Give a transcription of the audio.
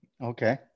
Okay